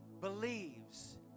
believes